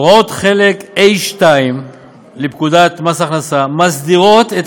הוראות חלק ה'2 לפקודת מס הכנסה מסדירות את